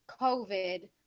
COVID